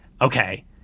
okay